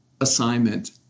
assignment